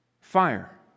Fire